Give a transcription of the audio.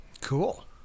Cool